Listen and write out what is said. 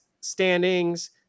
standings